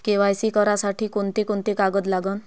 KYC करासाठी कोंते कोंते कागद लागन?